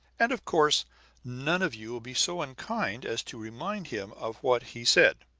and of course none of you will be so unkind as to remind him of what he said.